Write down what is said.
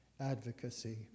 advocacy